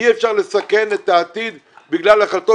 אי-אפשר לסכן את העתיד בגלל החלטות